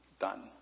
done